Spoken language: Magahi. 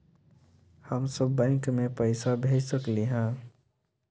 हम सब बैंक में पैसा भेज सकली ह?